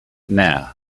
now